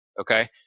Okay